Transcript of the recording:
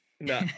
No